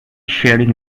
sharing